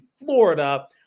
Florida